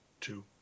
Two